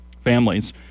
families